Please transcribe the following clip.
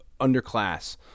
underclass